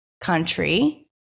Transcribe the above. country